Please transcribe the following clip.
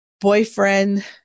boyfriend